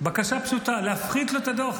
בקשה פשוטה: להפחית לו את הדוח.